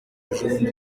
ejobundi